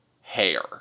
hair